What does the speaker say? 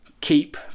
keep